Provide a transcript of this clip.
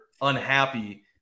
unhappy